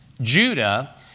Judah